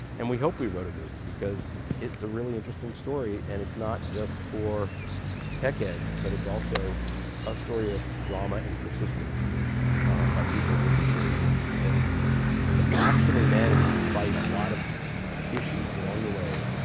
and we hope we wrote a movie because it's a really interesting story, and it's not just for tech heads. but it's also a story of drama and persistence by people with a dream that actually managed, despite a lot of issues along the way,